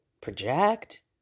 project